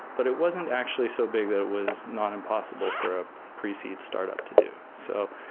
but it wasn't actually so big that it was not impossible for a precede startup to do so.